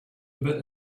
bit